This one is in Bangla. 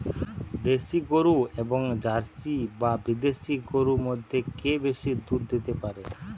দেশী গরু এবং জার্সি বা বিদেশি গরু মধ্যে কে বেশি দুধ দিতে পারে?